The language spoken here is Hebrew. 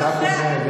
חבר הכנסת דוידסון,